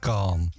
Calm